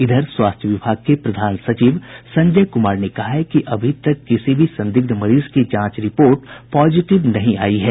इधर स्वास्थ्य विभाग के प्रधान सचिव संजय कुमार ने कहा है कि अभी तक किसी भी संदिग्ध मरीज की जांच रिपोर्ट पॉजिटिव नहीं आयी है